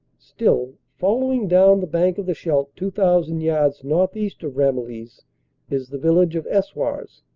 still following down the bank of the scheidt, two thousand yards northeast of ramillies is the village of eswars,